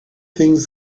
things